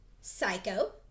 Psycho